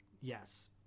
Yes